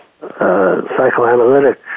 psychoanalytic